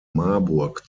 marburg